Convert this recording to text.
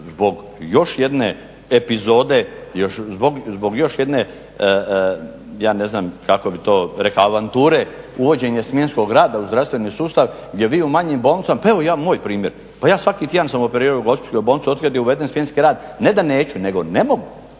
zbog još jedne epizode, zbog još jedne ja ne znam kako bi to rekao avanture uvođenje smjenskog rada u zdravstveni sustav je bio manji …, pa evo ja, moj primjer, pa ja svaki tjedan sam operirao u Gospićkoj bolnici otkad je uveden smjenski rad ne da neću nego ne mogu